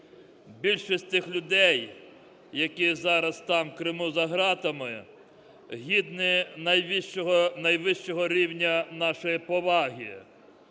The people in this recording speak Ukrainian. більшість тих людей, які зараз там, в Криму за ґратами, гідні найвищого, найвищого рівня нашої поваги.